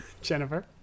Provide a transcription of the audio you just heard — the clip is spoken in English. Jennifer